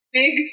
big